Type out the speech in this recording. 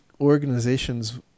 organizations